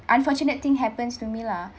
unfortunate thing happens to me lah